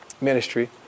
ministry